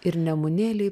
ir nemunėlį